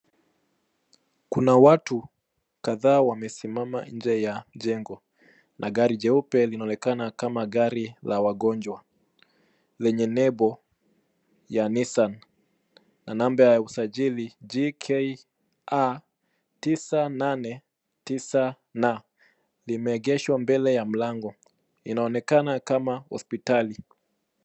Kuna watu kadhaa wamesimama nje ya jengo na gari jeupe linaonekana kama gari la wagonjwa lenye lebo ya Nissan na namba ya usajili Gk A989N limeegeshwa mbele ya mlango, inaonekana kama hospitali.